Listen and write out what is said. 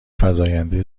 فزاینده